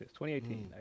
2018